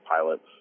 pilots